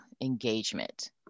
engagement